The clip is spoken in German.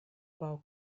bau